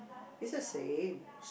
is the same